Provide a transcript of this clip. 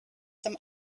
some